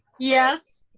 yes.